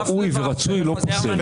ראוי ורצוי לא פוסל.